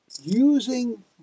Using